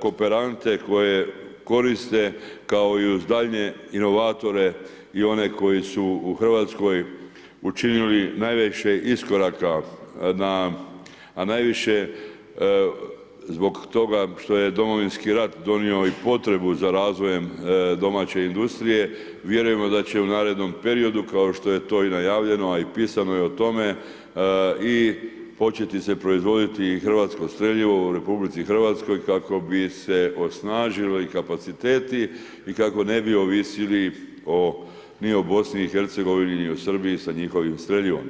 kooperante koje koriste kao i uz daljnje inovatore i one koji su u Hrvatskoj učinili najviše iskoraka na, a najviše zbog toga što je Domovinski rat donio i potrebu za razvojem domaće industrije, vjerujemo da će u narednom periodu, kao što je to najavljeno a i pisano je o tome, i početi se proizvoditi i hrvatsko streljivo u RH, kako bi se osnažile kapaciteti i kako ne bi ovisili ni o BIH ni o Srbiji s njihovim streljivom.